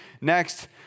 Next